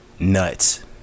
nuts